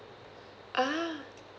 ah